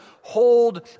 hold